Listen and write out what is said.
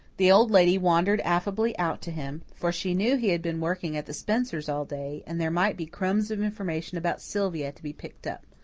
the old lady wandered affably out to him for she knew he had been working at the spencers' all day, and there might be crumbs of information about sylvia to be picked up.